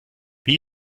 wie